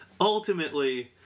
ultimately